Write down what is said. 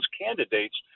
candidates